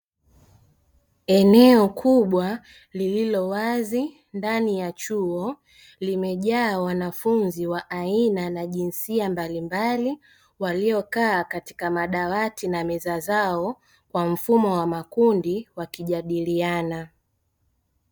Eneo kubwa lililo wazi ndani ya chuo limejaa wanafunzi wa aina na jinsia mbalimbali, waliokaa katika madawati na meza zao kwa mfumo wa makundi wakijadiliana.